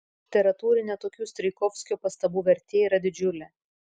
literatūrinė tokių strijkovskio pastabų vertė yra didžiulė